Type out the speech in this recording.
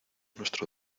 nuestro